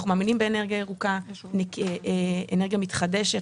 אנחנו מאמינים באנרגיה ירוקה, אנרגיה מתחדשת.